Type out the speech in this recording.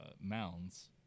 mounds